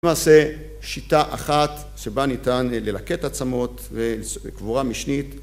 למעשה, שיטה אחת שבה ניתן ללקט עצמות וקבורה משנית